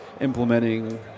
implementing